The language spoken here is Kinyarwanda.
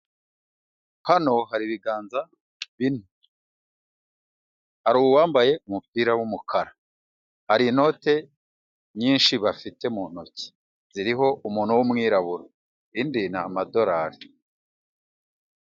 Hano hari ibiganza bine hari uwambaye umupira w'umukara, hari inote nyinshi bafite mu ntoki ziriho umuntu w'umwirabura indi ni amadolari.